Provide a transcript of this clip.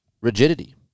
rigidity